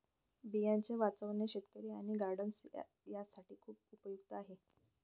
बियांचे वाचवणे शेतकरी आणि गार्डनर्स साठी खूप उपयुक्त आहे